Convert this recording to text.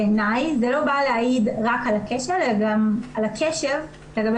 בעיניי זה לא בא להעיד רק על הכשל אלא גם על הקשר לגבי